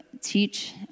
teach